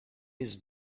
his